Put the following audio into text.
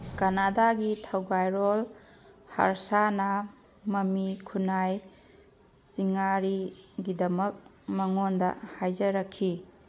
ꯀꯥꯅꯥꯗꯥꯒꯤ ꯊꯧꯒꯥꯏꯔꯣꯜ ꯍꯔꯁꯥꯅꯥ ꯃꯃꯤ ꯈꯨꯟꯅꯥꯏ ꯆꯤꯡꯉꯥꯔꯤꯒꯤꯗꯃꯛ ꯃꯉꯣꯟꯗ ꯍꯥꯏꯖꯔꯛꯈꯤ